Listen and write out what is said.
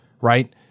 right